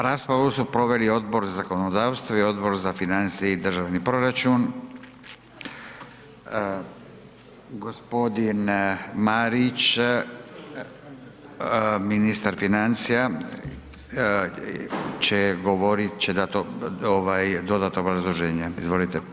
Raspravu su proveli Odbor za zakonodavstvo i Odbor za financije i državni proračun. g. Marić ministar financija će govorit, će dat ovaj dodatno obrazloženje, izvolite.